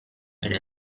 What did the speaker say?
elle